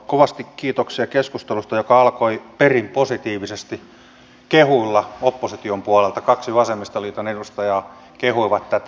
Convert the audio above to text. kovasti kiitoksia keskustelusta joka alkoi perin positiivisesti kehulla opposition puolelta kaksi vasemmistoliiton edustajaa kehui tätä